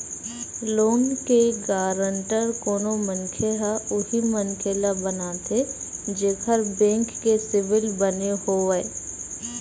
loan के guarantor कोनो मनखे ह उही मनखे ल बनाथे जेखर बेंक के सिविल बने होवय